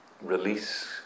release